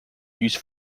used